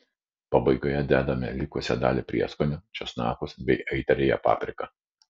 pabaigoje dedame likusią dalį prieskonių česnakus bei aitriąją papriką